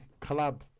collab